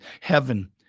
heaven